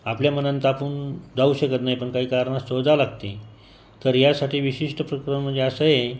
आपल्या मनानं तर आपण जाऊ शकत नाही पण काही कारणास्तव जावं लागते तर यासाठी विशिष्ट प्रकरण म्हणजे असं आहे